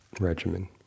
regimen